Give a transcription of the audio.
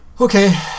Okay